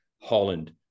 Holland